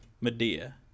Medea